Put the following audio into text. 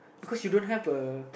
because you don't have a